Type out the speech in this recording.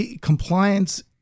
Compliance